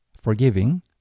forgiving